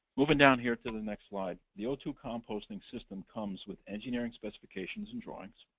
moving down here to the next slide, the o two composting system comes with engineering specifications and drawings.